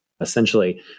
Essentially